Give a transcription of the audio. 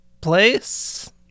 place